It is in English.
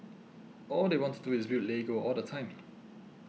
all they want to do is build Lego all the time